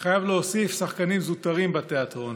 אני חייב להוסיף, שחקנים זוטרים בתיאטרון.